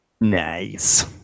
Nice